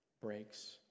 breaks